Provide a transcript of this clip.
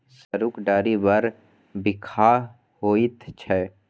सरुक डारि बड़ बिखाह होइत छै